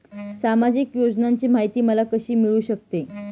सामाजिक योजनांची माहिती मला कशी मिळू शकते?